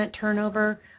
turnover